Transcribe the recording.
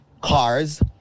cars